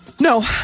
No